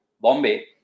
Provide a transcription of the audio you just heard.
Bombay